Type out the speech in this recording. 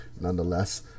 nonetheless